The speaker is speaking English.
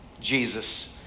Jesus